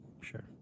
sure